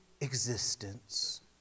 existence